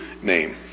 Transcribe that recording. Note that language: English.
name